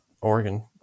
Oregon